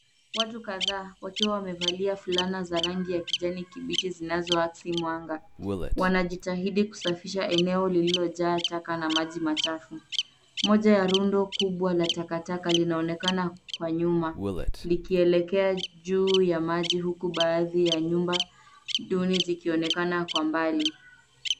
Watu kadhaa wakiwa wamevalia fulana za rangi ya kijani kibichi zinazo asi mwanga wanajitahidi kusafisha eneo lililojaa taka na maji machafu. Moja ya rundo kubwa la takataka linaonekana kwa nyuma likielekea juu ya maji huku baadhi ya nyumba duni zikionekana kwa mbali.